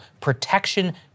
Protection